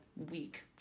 week